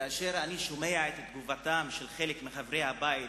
כאשר אני שומע את תגובתם של חלק מחברי הבית,